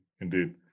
indeed